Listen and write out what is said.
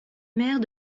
maire